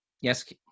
Yes